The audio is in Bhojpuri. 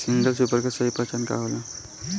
सिंगल सूपर के सही पहचान का होला?